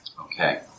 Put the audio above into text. Okay